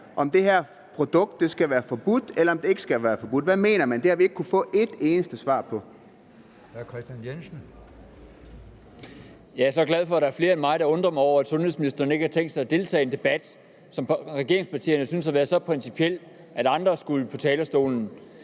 om det her produkt skal være forbudt, eller om det ikke skal være forbudt. Hvad mener man? Det har vi ikke kunnet få et eneste svar på. Kl. 11:48 Formanden: Hr. Kristian Jensen. Kl. 11:48 Kristian Jensen (V): Jeg er så glad for, at der er flere end mig, der undrer sig over, at sundhedsministeren ikke har tænkt sig at deltage i en debat, som for regeringspartierne synes at være så principiel, at de synes, andre skal på talerstolen.